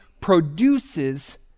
produces